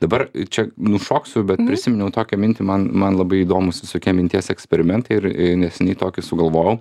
dabar čia nušoksiu bet prisiminiau tokią mintį man man labai įdomūs visokie minties eksperimentai ir neseniai tokį sugalvojau